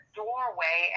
doorway